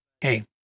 hey